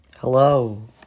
Hello